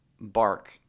bark